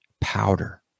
powder